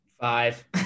five